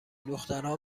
دخترها